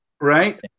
right